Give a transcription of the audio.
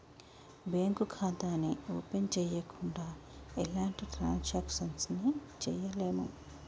bank ఖాతాని open చెయ్యకుండా ఎలాంటి ట్రాన్సాక్షన్స్ ని చెయ్యలేము